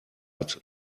hat